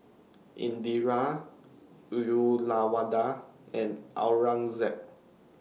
Indira Uyyalawada and Aurangzeb